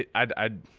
ah i'd i'd